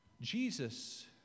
jesus